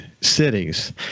cities